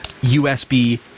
USB